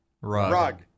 rug